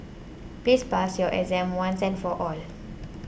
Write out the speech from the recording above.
please pass your exam once and for all